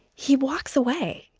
he walks away,